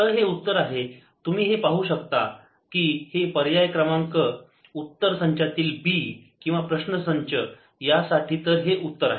तर हे उत्तर आहे तुम्ही हे पाहू शकता की हे पर्याय क्रमांक उत्तर संचातील बी किंवा प्रश्नसंच यासाठी तर हे उत्तर आहे